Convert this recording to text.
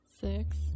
Six